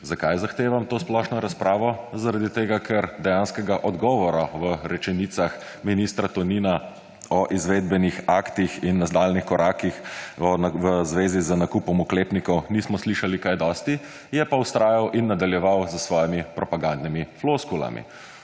Zakaj zahtevam to splošno razpravo? Zaradi tega, ker dejanskega odgovora v rečenicah ministra Tonina o izvedbenih aktih in nadaljnjih korakih v zvezi z nakupom oklepnikov nismo slišali kaj dosti, je pa vztrajal in nadaljeval s svojimi propagandnimi floskulami.